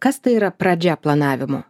kas tai yra pradžia planavimo